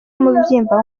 umubyimba